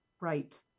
Right